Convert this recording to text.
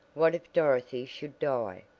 what if dorothy should die?